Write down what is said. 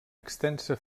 extensa